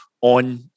on